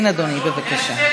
כן, אדוני, בבקשה.